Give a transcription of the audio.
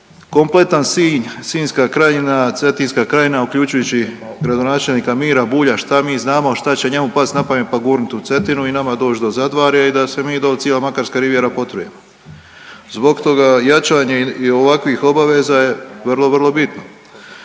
kompletan Sinj, sinjska krajine, cetinska krajina uključujući i gradonačelnika Mira Bulja, šta mi znamo šta će njemu past na pamet, pa gurnut u Cetinu i nama doć do Zadvarja i da se mi i doli cila Makarska rivijera potrujemo. Zbog toga jačanje i ovakvih obaveza je vrlo, vrlo bitno.